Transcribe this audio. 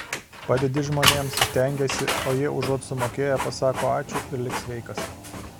padedi žmonėms stengiesi o jie užuot sumokėję pasako ačiū ir lik sveikas